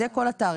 זה כל התעריף.